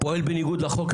פועל בניגוד לחוק,